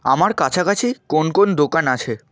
আমার কাছাকাছি কোন কোন দোকান আছে